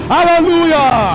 Hallelujah